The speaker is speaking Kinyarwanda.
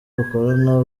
dukorana